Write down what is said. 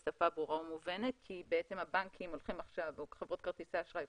בשפה ברורה ומובנת כי חברות כרטיסי האשראי,